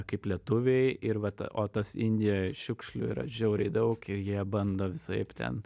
kaip lietuviai ir vat o tas indijoje šiukšlių yra žiauriai daug ir jie bando visaip ten